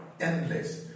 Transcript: Endless